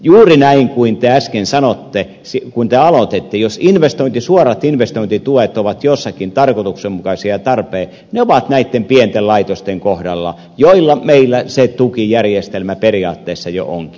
juuri näin kuin te äsken sanoitte kun aloititte jos suorat investointituet ovat jossakin tarkoituksenmukaisia ja tarpeen ne ovat näitten pienten laitosten kohdalla joilla meillä se tuki järjestelmä periaatteessa jo onkin